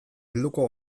helduko